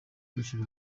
agaciro